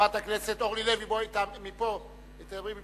חברת הכנסת אורלי לוי, בואי, תעמדי פה.